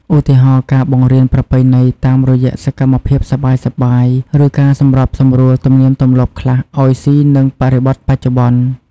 ឧទាហរណ៍ ការបង្រៀនប្រពៃណីតាមរយៈសកម្មភាពសប្បាយៗ ឬការសម្របសម្រួលទំនៀមទម្លាប់ខ្លះឲ្យស៊ីនឹងបរិបទបច្ចុប្បន្ន។